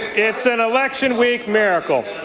it's an election week miracle.